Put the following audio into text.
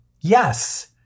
Yes